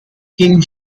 king